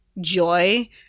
joy